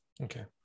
Okay